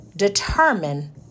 Determine